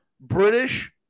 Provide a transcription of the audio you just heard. British